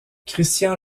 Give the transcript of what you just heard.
christian